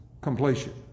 completion